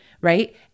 right